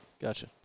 Gotcha